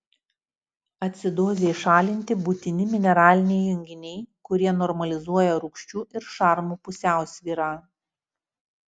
acidozei šalinti būtini mineraliniai junginiai kurie normalizuoja rūgščių ir šarmų pusiausvyrą